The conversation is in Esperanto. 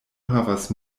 havas